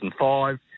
2005